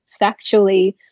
factually